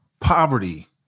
poverty